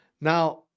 Now